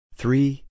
three